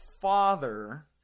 father